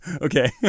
Okay